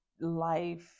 life